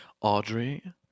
Audrey